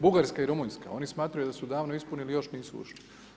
Bugarska i Rumunjska oni smatraju da su davno ispunili još nisu ušli.